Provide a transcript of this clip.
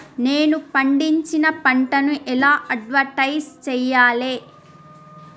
నేను పండించిన పంటను ఎలా అడ్వటైస్ చెయ్యాలే?